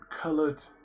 coloured